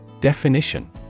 Definition